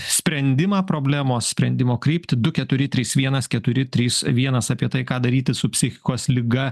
sprendimą problemos sprendimo kryptį du keturi trys vienas keturi trys vienas apie tai ką daryti su psichikos liga